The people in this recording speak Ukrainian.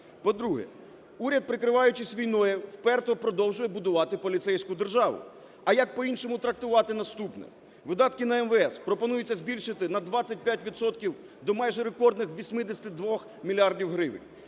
По-друге, уряд, прикриваючись війною, вперто продовжує будувати поліцейську державу. А як по-іншому трактувати наступне? Видатки на МВФ пропонується збільшити на 25 відсотків до майже рекордних 82 мільярдів